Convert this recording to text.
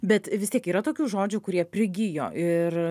bet vis tiek yra tokių žodžių kurie prigijo ir